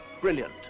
Brilliant